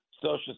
Social